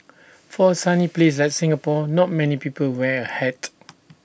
for A sunny place like Singapore not many people wear A hat